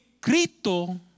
Cristo